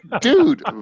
dude